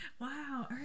Wow